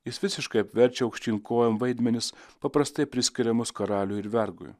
jis visiškai apverčia aukštyn kojom vaidmenis paprastai priskiriamus karaliui ir vergui